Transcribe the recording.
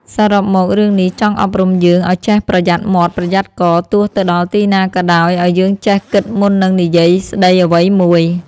សរុបមករឿងនេះចង់អប់រំយើង ឲ្យចេះប្រយ័ត្នមាត់ប្រយ័ត្នករទោះទៅដល់ទីណាក៏ដោយ ឲ្យយើងចេះគិតមុននឹងនិយាយស្ដីអ្វីមួយ។